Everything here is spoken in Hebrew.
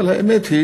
אבל האמת היא